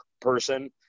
person